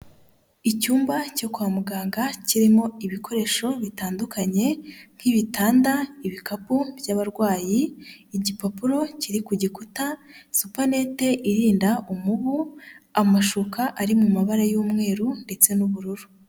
Icyumba cyo kwa muganga kirimo ibikoresho bitandukanye nk'ibitanda, ibikapu by'abarwayi, igipapuro kiri ku gikuta, supanete irinda umubu, amashuka ari mu mabara y'umweru ndetse n'ubururu.